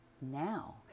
Now